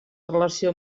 relació